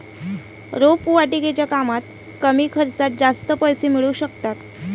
रोपवाटिकेच्या कामात कमी खर्चात जास्त पैसे मिळू शकतात